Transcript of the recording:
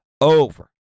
Over